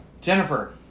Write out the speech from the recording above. Jennifer